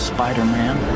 Spider-Man